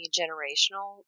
generational